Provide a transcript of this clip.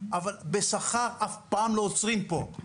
אבל בשכר אף פעם לא עוצרים פה.